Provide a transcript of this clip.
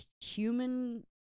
human